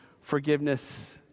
forgiveness